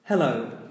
Hello